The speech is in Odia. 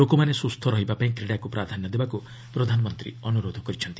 ଲୋକମାନେ ସୁସ୍ଥ ରହିବା ପାଇଁ କ୍ରୀଡ଼ାକୁ ପ୍ରାଧାନ୍ୟ ଦେବାକୁ ପ୍ରଧାନମନ୍ତ୍ରୀ ଅନୁରୋଧ କରିଛନ୍ତି